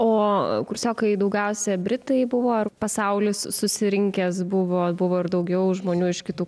o kursiokai daugiausia britai buvo ar pasaulis susirinkęs buvo buvo ir daugiau žmonių iš kitų